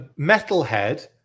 Metalhead